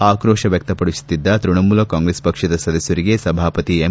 ಆಕ್ರೋಶ ವ್ಯಕ್ತಪಡಿಸುತ್ತಿದ್ದ ತ್ಭಣಮೂಲ ಕಾಂಗ್ರೆಸ್ ಪಕ್ಷದ ಸದಸ್ಟರಿಗೆ ಸಭಾಪತಿ ಎಂ